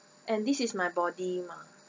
and this is my body mah